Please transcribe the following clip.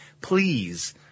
Please